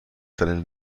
seinen